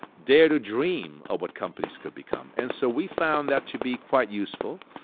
dare to dream of what companies could become. and so we found that to be quite useful.